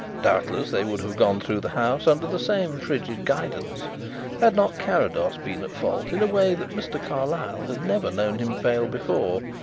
doubtless they would have gone through the house under the same frigid guidance had not carrados been at fault in a way that mr. carlyle had never known him fail before.